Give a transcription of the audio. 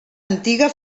antiga